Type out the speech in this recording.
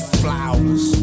flowers